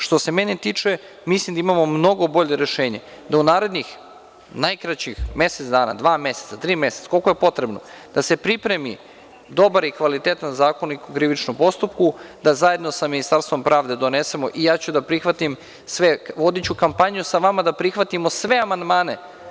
Što se mene tiče, mislim da imamo mnogo bolje rešenje, a to je da u narednih najkraćih mesec dana, dva meseca, tri meseca, koliko god je potrebno, da se pripremi dobar i kvalitetan Zakonik o krivičnom postupku, da ga zajedno sa Ministarstvom pravde donesemo i ja ću voditi kampanju sa vama da prihvatimo sve amandmane.